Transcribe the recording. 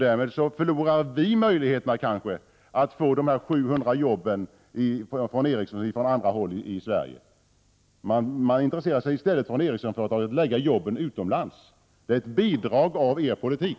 Därmed förlorar kanske vi möjligheterna att få 700 nya jobb från Ericssonföretag på andra håll i Sverige. Ericssons intresserar sig i stället för att förlägga jobben utomlands. Till detta bidrar er politik.